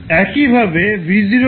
একইভাবে V0 কী